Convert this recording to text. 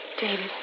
David